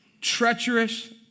treacherous